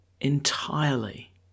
entirely